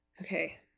okay